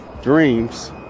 dreams